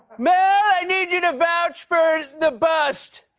mel, i need you to vouch for the bust.